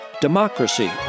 democracy